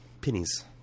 pennies